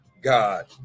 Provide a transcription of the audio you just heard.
God